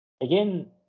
again